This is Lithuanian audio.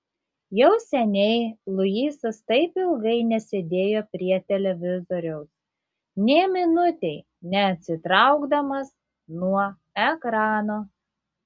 jau seniai luisas taip ilgai nesėdėjo prie televizoriaus nė minutei neatsitraukdamas nuo ekrano